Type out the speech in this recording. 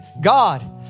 God